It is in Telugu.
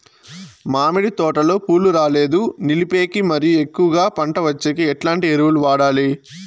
మామిడి తోటలో పూలు రాలేదు నిలిపేకి మరియు ఎక్కువగా పంట వచ్చేకి ఎట్లాంటి ఎరువులు వాడాలి?